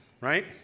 right